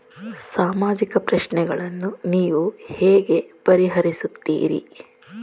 ಸಾಮಾಜಿಕ ಪ್ರಶ್ನೆಗಳನ್ನು ನೀವು ಹೇಗೆ ಪರಿಹರಿಸುತ್ತೀರಿ?